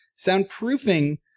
Soundproofing